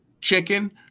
chicken